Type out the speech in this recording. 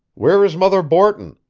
where is mother borton